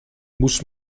muss